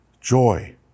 Joy